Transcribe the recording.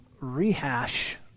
rehash